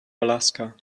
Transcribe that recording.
alaska